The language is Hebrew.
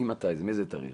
מאיזה תאריך